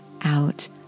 out